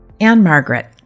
Anne-Margaret